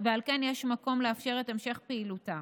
ועל כן יש מקום לאפשר את המשך פעילותה.